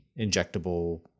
injectable